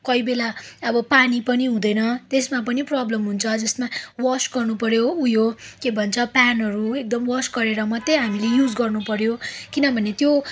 कोही बेला अब पानी पनि हुँदैन यसमा पनि प्रब्लम हुन्छ जसमा वास गर्नुपर्यो उयो के भन्छ पेनहरू एकदम वास गरेर मात्रै हामीले युज गर्नुपर्यो किनभने त्यो